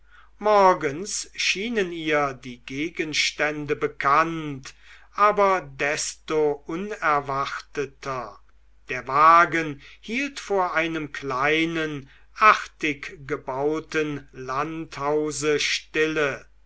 morgens schienen ihr die gegenstände bekannt aber desto unerwarteter der wagen hielt vor einem kleinen artig gebauten landhause stille